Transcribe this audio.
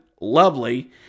Lovely